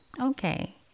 okay